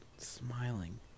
Smiling